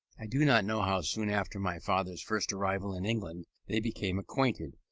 i do not know how soon after my father's first arrival in england they became acquainted.